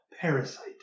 Parasite